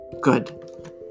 good